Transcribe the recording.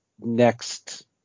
next